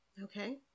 Okay